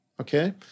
Okay